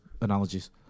analogies